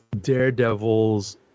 Daredevil's